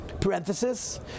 Parenthesis